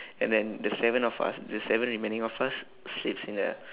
and then the seven of us the seven remaining of us sleeps in the